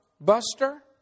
buster